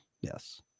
yes